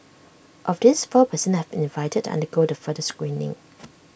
of these four per cent have been invited to undergo the further screening